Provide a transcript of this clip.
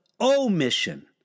omission